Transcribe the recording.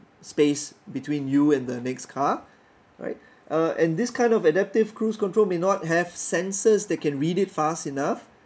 space between you and the next car right uh and this kind of adaptive cruise control may not have sensors that can read it fast enough